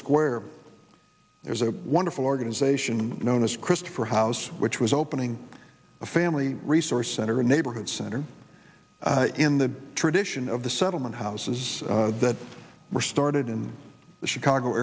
square there's a wonderful organization known as christopher house which was opening a family resource center a neighborhood center in the tradition of the settlement houses that were started in the chicago